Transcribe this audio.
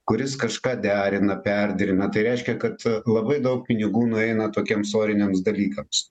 kuris kažką derina perderina tai reiškia kad labai daug pinigų nueina tokiems oriniams dalykams